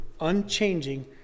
unchanging